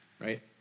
right